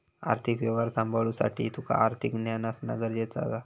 आर्थिक व्यवहार सांभाळुसाठी तुका आर्थिक ज्ञान असणा गरजेचा हा